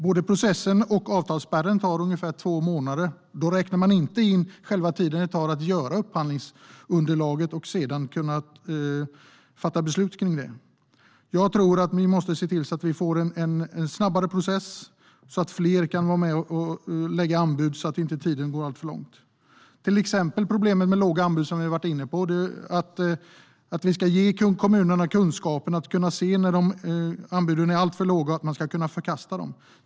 Både processen och avtalsspärren tar ungefär två månader. Då räknar man inte in den tid som det tar att utarbeta upphandlingsunderlaget och fatta beslut om det. Vi måste se till att det blir en snabbare process så att fler kan vara med och lägga anbud. Vi har varit inne på problemet med låga anbud. Vi ska ge kommunerna kunskapen att se när anbuden är så låga att de kan förkasta dem.